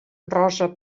rosa